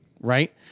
Right